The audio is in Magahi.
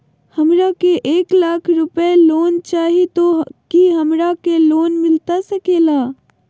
हमरा के एक लाख रुपए लोन चाही तो की हमरा के लोन मिलता सकेला?